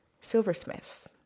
silversmith